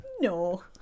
No